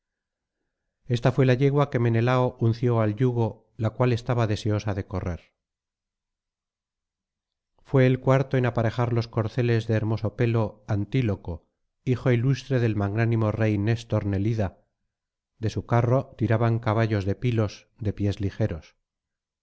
ésta fué la yegua que menelao unció al yugo la cual estaba deseosa de correr fué el cuarto en aparejar los corceles de hermoso pelo antíloco hijo ilustre del magnánimo rey néstor nelida de su carro tiraban caballos de pilos de pies ligeros